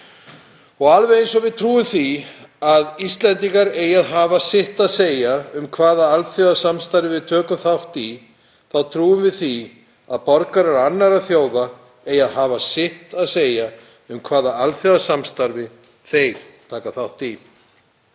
Og alveg eins og við trúum því að Íslendingar eigi að hafa sitt að segja um hvaða alþjóðasamstarfi við tökum þátt í þá trúum við því að borgarar annarra þjóða eigi að hafa sitt að segja um hvaða alþjóðasamstarfi þeir taka þátt í.